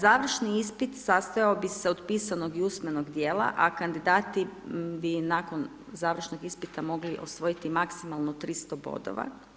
Završni ispit sastojao bi se od pisanog i usmenog dijela, a kandidati bi nakon završnog ispita mogli osvojiti maksimalno 300 bodova.